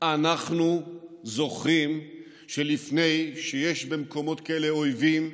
אנחנו זוכרים שלפני שיש במקומות כאלה אויבים,